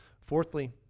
Fourthly